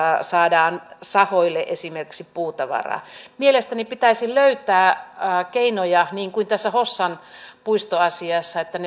saadaan sahoille esimerkiksi puutavaraa mielestäni pitäisi löytää keinoja niin kuin tässä hossan puistoasiassa että